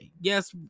Yes